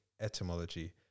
etymology